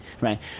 right